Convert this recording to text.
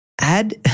Add